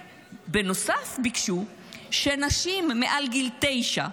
ביקשו שנשים מעל גיל תשע,